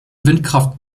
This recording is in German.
windkraft